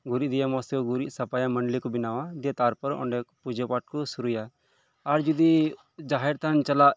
ᱜᱩᱨᱤᱡ ᱫᱤᱭᱮ ᱢᱚᱸᱡᱽ ᱛᱮᱠᱚ ᱜᱩᱨᱤᱡ ᱥᱟᱯᱟᱭᱟ ᱢᱚᱰᱞᱤ ᱠᱚ ᱵᱮᱱᱟᱣᱟ ᱫᱤᱭᱮ ᱛᱟᱨᱯᱚᱨ ᱚᱸᱰᱮ ᱠᱚ ᱯᱩᱡᱟᱹ ᱯᱟᱴ ᱠᱚ ᱥᱩᱨᱩᱭᱟ ᱟᱨ ᱡᱩᱫᱤ ᱡᱟᱦᱮᱨ ᱛᱷᱟᱱ ᱪᱟᱞᱟᱜ